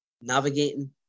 navigating